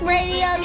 Radio